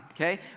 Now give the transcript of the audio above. Okay